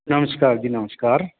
ਨਮਸਕਾਰ ਜੀ ਨਮਸਕਾਰ